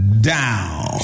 down